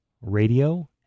radio